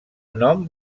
nom